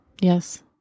Yes